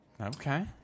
Okay